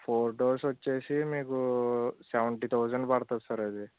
four doors వచ్చి మీకు seventy thousand పడుతుంది సార్ అది